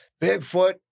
Bigfoot